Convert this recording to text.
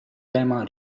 tema